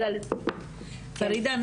פרידה,